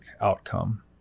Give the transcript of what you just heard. outcome